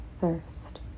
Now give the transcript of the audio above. thirst